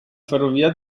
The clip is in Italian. ferrovia